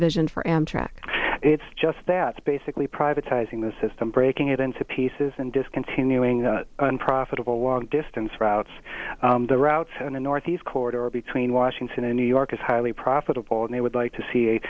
vision for amtrak it's just that it's basically privatizing the system breaking it into pieces and discontinuing unprofitable long distance routes the routes and the northeast corridor between washington and new york is highly profitable and they would like to see a